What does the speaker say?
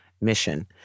mission